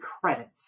credits